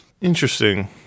Interesting